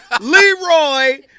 Leroy